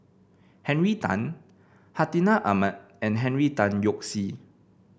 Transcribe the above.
Henry Tan Hartinah Ahmad and Henry Tan Yoke See